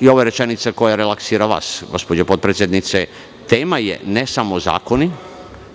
je ova rečenica koja je relaksirala vas, gospođo potpredsednice, tema je ne samo zakoni